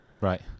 Right